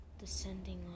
descending